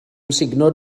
amsugno